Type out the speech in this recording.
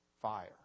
fire